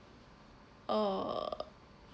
uh